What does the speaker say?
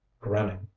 grinning